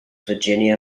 virginia